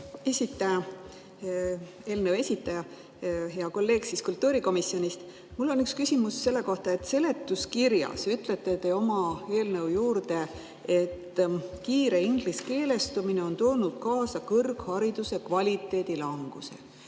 eelnõu esitaja, hea kolleeg kultuurikomisjonist! Mul on üks küsimus selle kohta. Seletuskirjas ütlete oma eelnõu juurde, et kiire ingliskeelestumine on toonud kaasa kõrghariduse kvaliteedi languse.